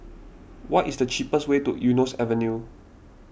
what is the cheapest way to Eunos Avenue